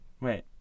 Wait